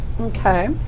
Okay